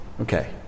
Okay